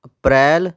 April